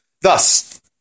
Thus